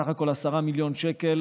ובסך הכול 10 מיליון שקל,